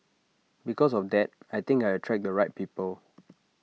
because of that I think I attract the right people